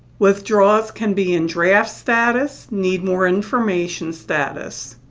withdraws can be in draft status, need more information status.